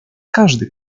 każdy